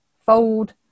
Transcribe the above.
Fold